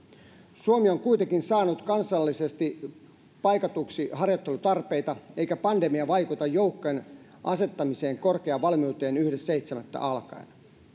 suomi on kuitenkin saanut kansallisesti paikatuksi harjoittelutarpeita eikä pandemia vaikuta joukkojen asettamiseen korkeaan valmiuteen ensimmäinen seitsemättä kaksituhattakaksikymmentä alkaen